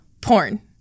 porn